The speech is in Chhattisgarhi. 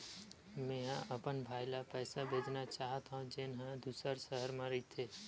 मेंहा अपन भाई ला पइसा भेजना चाहत हव, जेन हा दूसर शहर मा रहिथे